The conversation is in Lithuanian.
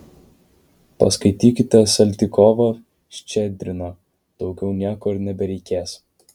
paskaitykite saltykovą ščedriną daugiau nieko ir nebereikės